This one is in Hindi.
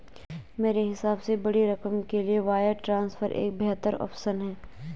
मेरे हिसाब से बड़ी रकम के लिए वायर ट्रांसफर एक बेहतर ऑप्शन है